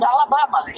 Alabama